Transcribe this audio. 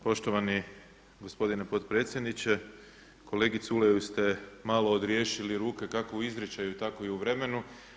Poštovani gospodine potpredsjedniče, kolegi Culeju ste malo odriješili ruke kako u izričaju, tako i u vremenu.